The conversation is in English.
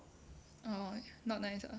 orh not nice ah